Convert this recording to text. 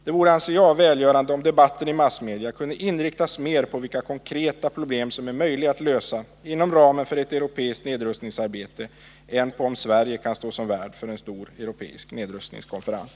Det vore, anser jag, välgörande, om debatten i massmedia kunde inriktas mer på vilka konkreta problem som är möjliga att lösa inom ramen för ett europeiskt nedrustningsarbete än på om Sverige kan stå som värd för en stor europeisk nedrustningskonferens.